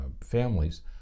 families